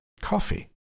coffee